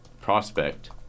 prospect